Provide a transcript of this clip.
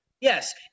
Yes